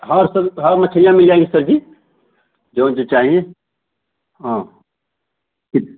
हाँ सर हाँ मछलियाँ मिल जाएँगी सर जी जो जो चाहीए हाँ कित